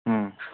ꯎꯝ